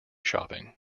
shopping